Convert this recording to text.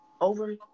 over